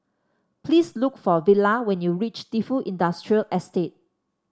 please look for Villa when you reach Defu Industrial Estate